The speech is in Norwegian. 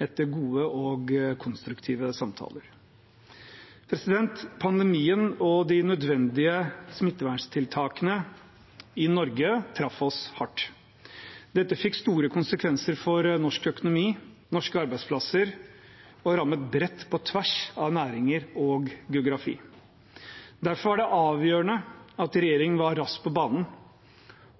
etter gode og konstruktive samtaler. Pandemien og de nødvendige smittevernstiltakene i Norge traff oss hardt. Dette fikk store konsekvenser for norsk økonomi og norske arbeidsplasser, og det rammet bredt, på tvers av næringer og geografi. Derfor var det avgjørende at regjeringen var raskt på banen,